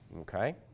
okay